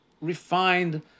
refined